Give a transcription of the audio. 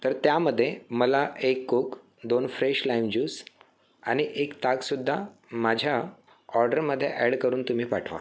तर त्यामध्ये मला एक कोक दोन फ्रेश लाईम ज्यूस आणि एक ताकसुद्धा माझ्या ऑर्डरमध्ये ॲड करून तुम्ही पाठवा